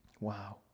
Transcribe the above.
Wow